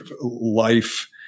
life